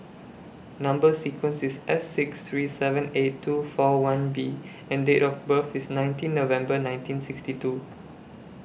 Number sequence IS S six three seven eight two four one B and Date of birth IS nineteen November nineteen sixty two